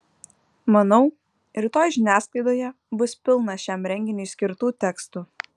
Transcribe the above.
manau rytoj žiniasklaidoje bus pilna šiam renginiui skirtų tekstų